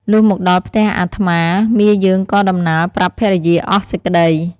លុះមកដល់ផ្ទះអាត្មា មាយើងក៏ដំណាលប្រាប់ភរិយាអស់សេចក្តី។